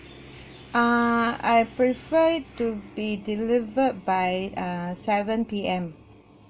err I prefer it to be delivered by uh seven P_M